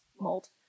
mold